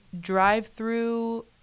drive-through